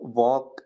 walk